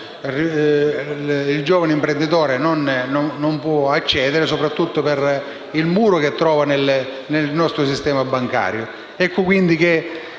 il giovane imprenditore non può accedere, soprattutto per il muro che trova nel nostro sistema bancario. Bisognerebbe,